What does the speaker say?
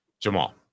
Jamal